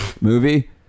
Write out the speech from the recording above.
Movie